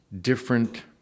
different